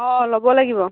অঁ ল'ব লাগিব